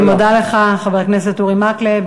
אני מודה לך, חבר הכנסת אורי מקלב.